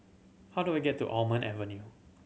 how do I get to Almond Avenue